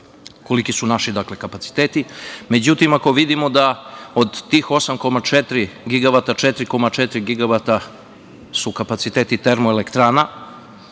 koliki su naši kapaciteti. Međutim, ako vidimo da od tih 8,4 gigavata 4,4 gigavata su kapaciteti termoelektrana,